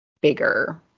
bigger